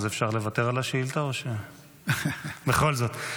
אז אפשר לוותר על השאילתה או שבכל זאת?